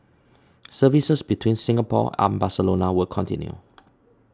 services between Singapore and Barcelona will continue